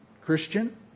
Christian